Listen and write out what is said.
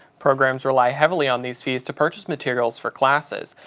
programs rely heavily on these fees to purchase materials for classes.